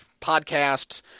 podcasts